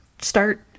start